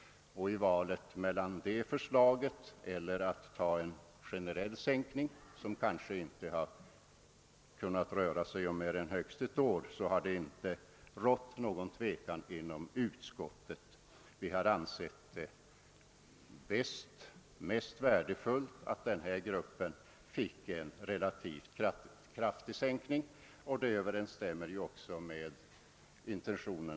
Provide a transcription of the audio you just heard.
Och i valet mellan det förslaget och en generell sänkning, som kanske inte skulle kunna röra sig om mer än högst ett år, har det inte rått någon tvekan inom utskottet. Vi har ansett det mest värdefullt att den nyssnämnda gruppen får en relativt kraftig sänkning. Detta överensstämmer också med Landsorganisationens intentioner.